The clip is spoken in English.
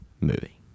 movie